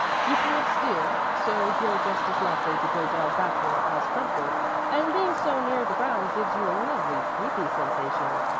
you can't steer, so you're just as likely to go down backward as frontward and being so near the ground gives you a lovely creepy sensation.